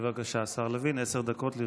השר לוין, עשר דקות לרשותך.